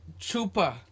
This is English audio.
Chupa